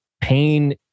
pain